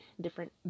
different